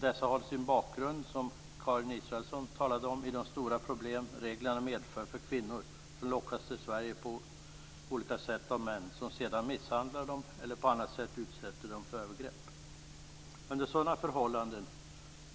Dessa har sin bakgrund, som Karin Israelsson talade om, i de stora problem reglerna medför för kvinnor som lockas till Sverige på olika sätt av män som sedan misshandlar dem eller på annat sätt utsätter dem för övergrepp. Under sådana förhållanden